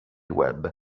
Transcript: web